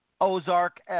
Ozark